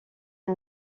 est